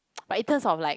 but in terms of like